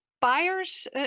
buyers